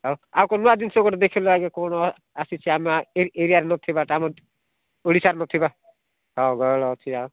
ଆଉ ଆଉ କ'ଣ ନୂଆ ଜିନିଷ ଗୋଟେ ଦେଖାଇଲ ଆଗେ କ'ଣ ଆସିଛି ଆମ ଏଇ ଏରିଆରେ ନଥିବାଟା ଆମ ଓଡ଼ିଶାରେ ନ ଥିବା ହେଉ ଭଲ ଅଛି ଆଉ